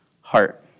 heart